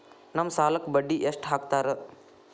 ನಮ್ ಸಾಲಕ್ ಬಡ್ಡಿ ಎಷ್ಟು ಹಾಕ್ತಾರ?